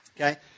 Okay